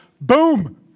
boom